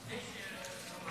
זו